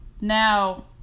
now